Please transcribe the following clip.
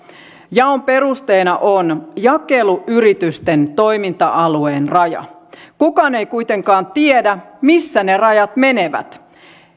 jaon perusteena on jakeluyritysten toiminta alueen raja kukaan ei kuitenkaan tiedä missä ne rajat menevät